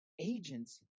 agents